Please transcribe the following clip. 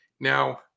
Now